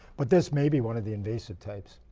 but this may be one of the invasive types.